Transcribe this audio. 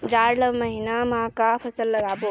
जाड़ ला महीना म का फसल लगाबो?